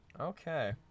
Okay